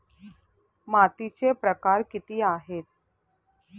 मातीचे प्रकार किती आहेत?